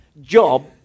Job